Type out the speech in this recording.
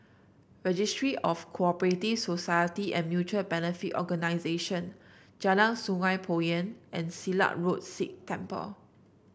Registry of Co Operative Society and Mutual Benefit Organisation Jalan Sungei Poyan and Silat Road Sikh Temple